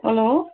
hello